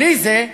בלי זה,